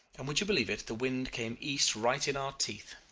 and would you believe it? the wind came east right in our teeth.